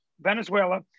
Venezuela